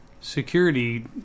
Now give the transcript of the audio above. security